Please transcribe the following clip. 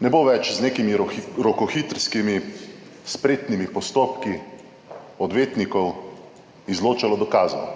ne bo več z nekimi rokohitrskimi spretnimi postopki odvetnikov izločalo dokazov.